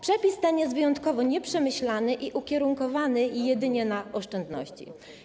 Przepis ten jest wyjątkowo nieprzemyślany i ukierunkowany jedynie na oszczędności.